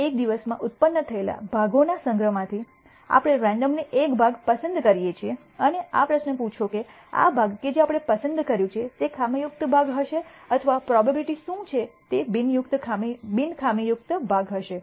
હવે એક દિવસમાં ઉત્પન્ન થયેલા ભાગોના સંગ્રહમાંથી આપણે રેન્ડમલી એક ભાગ પસંદ કરીએ છીએ અને આ પ્રશ્ન પૂછો કે આ ભાગ કે જે આપણે પસંદ કર્યું છે તે ખામીયુક્ત ભાગ હશે અથવા પ્રોબેબીલીટી શું છે તે બિન ખામીયુક્ત ભાગ હશે